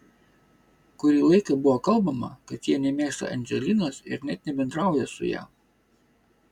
kurį laiką buvo kalbama kad jie nemėgsta andželinos ir net nebendrauja su ja